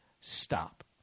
stop